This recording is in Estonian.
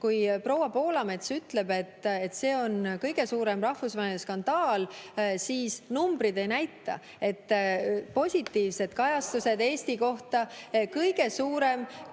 Kui proua Poolamets ütleb, et see on kõige suurem rahvusvaheline skandaal, siis numbrid seda ei näita. Positiivsed kajastused Eesti kohta … (Hääl